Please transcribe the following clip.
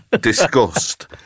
disgust